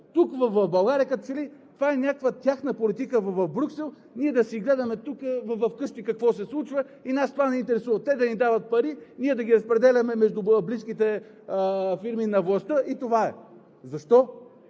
Тук, в България, като че ли – това е някаква тяхна политика в Брюксел, ние да си гледаме тук, вкъщи, какво се случва и нас това не ни интересува. Те да ни дават пари, ние да ги разпределяме между близките фирми на властта и това е! Защо,